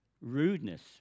Rudeness